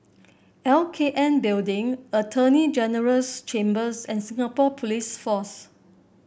L K N Building Attorney General's Chambers and Singapore Police Force